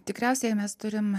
tikriausiai mes turim